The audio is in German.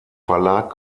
verlag